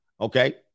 okay